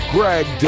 Greg